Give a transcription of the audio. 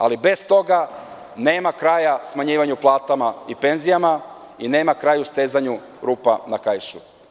Ali, bez toga nema kraja smanjivanju plata i penzija i nema kraja stezanju rupa na kaišu.